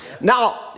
Now